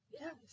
Yes